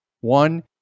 One